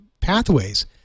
pathways